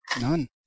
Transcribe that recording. None